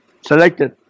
selected